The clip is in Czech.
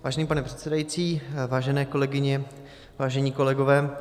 Vážený pane předsedající, vážené kolegyně, vážení kolegové.